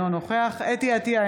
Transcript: אינו נוכח חוה אתי עטייה,